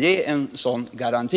ge en sådan garanti.